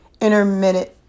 intermittent